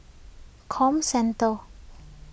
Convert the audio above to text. Comcentre